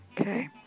Okay